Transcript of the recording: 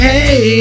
Hey